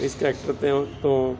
ਇਸ ਕਰੈਕਟਰ ਤਿਉਂ ਤੋਂ